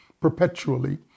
perpetually